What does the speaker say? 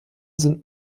sind